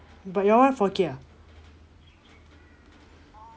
but your one four K ah